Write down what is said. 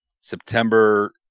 September